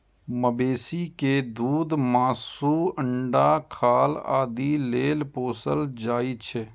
मवेशी कें दूध, मासु, अंडा, खाल आदि लेल पोसल जाइ छै